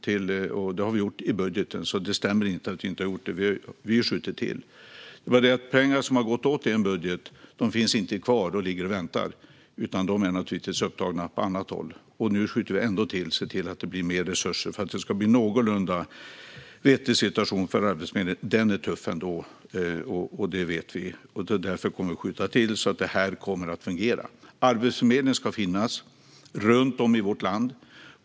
Detta har vi gjort i budgeten, så det stämmer inte att vi inte har gjort det. Vi har skjutit till. Det är bara det att pengar som har gått åt i en budget inte finns kvar och ligger och väntar, utan de är upptagna på annat håll. Men nu skjuter vi ändå till och ser till att det blir mer resurser för att det ska bli en någorlunda vettig situation för Arbetsförmedlingen. Den är tuff ändå. Det vet vi, och därför kommer vi att skjuta till så att det ska fungera. Arbetsförmedlingen ska finnas runt om i vårt land.